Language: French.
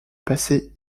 passer